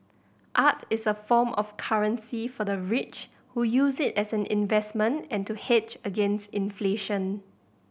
art is a form of currency for the rich who use it as an investment and to hedge against inflation